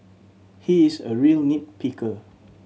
he is a real nit picker